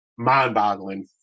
Mind-boggling